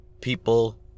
people